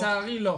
לצערי לא.